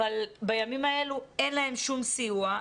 בימים האלו אין להם שום סיוע.